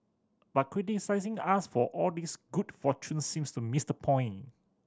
but criticising us for all this good fortune seems to miss the point